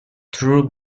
true